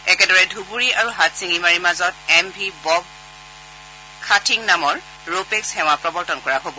একেদৰে ধুবুৰী আৰু হাটশিঙিমাৰীৰ মাজত এম ভি বব খাথিং নামৰ ৰো পেঙ্গ সেৱা প্ৰৱৰ্তন কৰা হ'ব